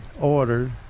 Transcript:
ordered